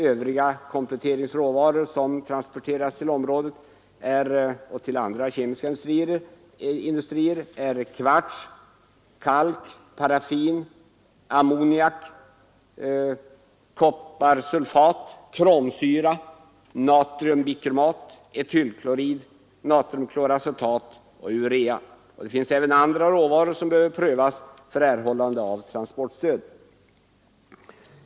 Övriga kompletteringsråvaror som transporteras till dessa och andra kemiska industrier är kvarts, kalk, paraffin, ammoniak, kopparsulfat, kromsyra, natriumbikromat, etylklorid, natriumkloracetat och urea. Det finns också andra råvaror som behöver prövas för erhållande av transportstöd.